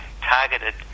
targeted